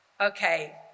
Okay